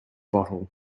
bottle